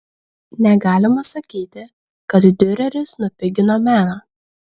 negalima sakyti kad diureris nupigino meną